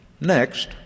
Next